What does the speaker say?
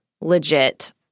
legit